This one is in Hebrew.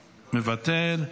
מוותר,